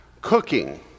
cooking